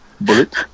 Bullet